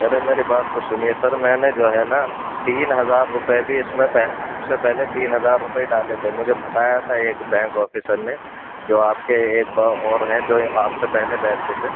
ارے میری بات تو سنیے سر میں نے جو ہے نا تین ہزار روپے بھی اس میں سب سے پہلے تین ہزار روپے ڈالے تھے مجھے بتایا تھا ایک بینک آفیسر نے جو آپ کے ایک بار اور ہیں جو آپ سے پہلے بیٹھتے تھے